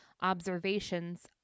observations